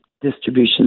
distribution